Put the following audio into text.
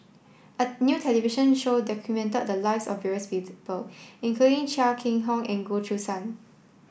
a new television show documented the lives of various people including Chia Keng Hock and Goh Choo San